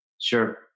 Sure